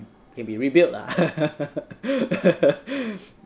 can be rebuilt lah